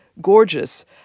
gorgeous